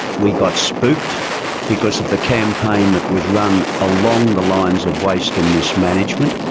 we got spooked because of the campaign that was run along the lines of waste and mismanagement.